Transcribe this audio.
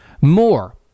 more